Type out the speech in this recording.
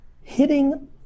hitting